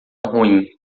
ruim